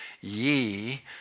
ye